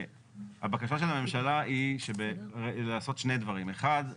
הבקשה של הממשלה היא לעשות שני דברים: אחד,